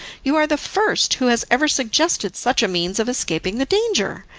you are the first who has ever suggested such a means of escaping the danger!